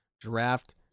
Draft